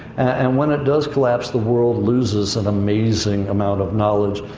and when it does collapse, the world loses an amazing amount of knowledge.